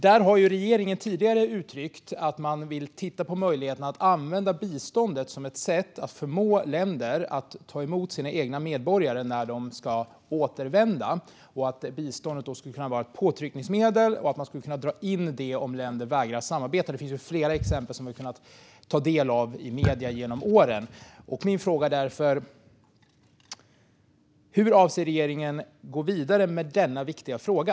Där har regeringen tidigare uttryckt att man vill titta på möjligheten att använda biståndet som ett sätt att förmå länder att ta emot sina egna medborgare när de ska återvända, att biståndet då skulle kunna vara ett påtryckningsmedel och att man skulle kunna dra in det om länder vägrar samarbeta. Det finns ju flera exempel som vi har kunnat ta del av i medierna genom åren. Min fråga är därför: Hur avser regeringen att gå vidare med denna viktiga fråga?